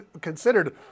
considered